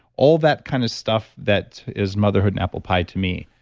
all that kind of stuff that is motherhood and apple pie to me.